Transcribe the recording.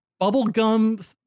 bubblegum